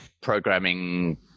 programming